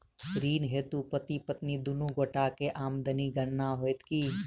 ऋण हेतु पति पत्नी दुनू गोटा केँ आमदनीक गणना होइत की?